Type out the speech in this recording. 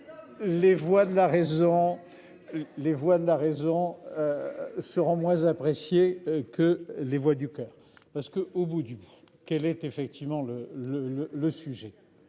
Les voix de la raison. Se rend moins apprécié que les voix du coeur parce que au bout du bout, qu'elle est effectivement le le